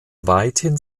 weithin